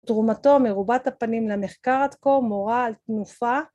תרומתו מרובת הפנים למחקר עד כה מורה על תנופה